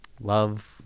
love